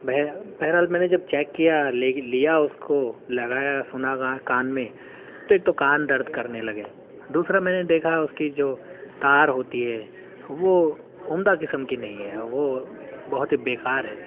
بہر بہرحال میں نے جب چیک کیا لیا اس کو لگایا سنا کان میں تو ایک تو کان درد کرنے لگے دوسرا میں نے دیکھا اس کی جو تار ہوتی ہے وہ عمدہ قسم کی نہیں ہے وہ بہت ہی بےکار ہے